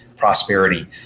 prosperity